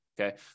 okay